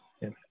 Yes